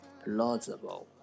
plausible